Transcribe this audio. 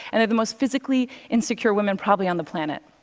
and they're the most physically insecure women probably on the planet.